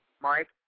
Mike